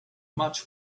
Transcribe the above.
much